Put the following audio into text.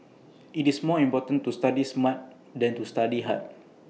IT is more important to study smart than to study hard